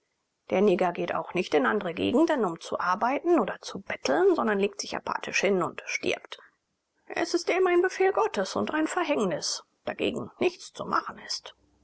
der neger geht auch nicht in andere gegenden um zu arbeiten oder zu betteln sondern legt sich apathisch hin und stirbt es ist eben ein befehl gottes und ein verhängnis dagegen nichts zu machen ist